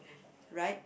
right